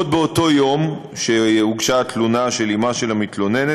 עוד באותו יום שהוגשה התלונה של אמה של המתלוננת,